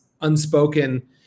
unspoken